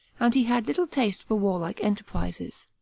and he had little taste for warlike enterprises.